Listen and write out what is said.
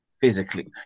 physically